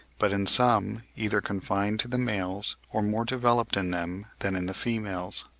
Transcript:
but in some, either confined to the males, or more developed in them than in the females.